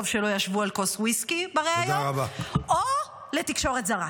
טוב שלא ישבו על כוס ויסקי בריאיון או לתקשורת זרה.